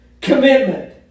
Commitment